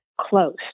close